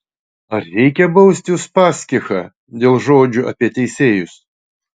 ar reikia bausti uspaskichą dėl žodžių apie teisėjus